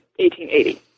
1880